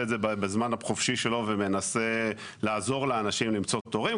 את זה בזמן החופשי שלו ומנסה לעזור לאנשים למצוא תורים.